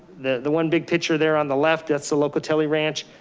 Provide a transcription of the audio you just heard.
the the one big picture there on the left, that's the locatelli ranch.